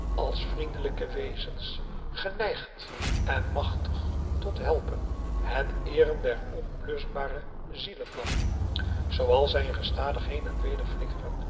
als vriendelijke wezens geneigd augusta de wit orpheus in de dessa en machtig tot helpen het eeren der onbluschbare zielevlam zooals zij in gestadig heen en weder flikkeren